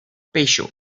patio